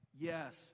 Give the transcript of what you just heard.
yes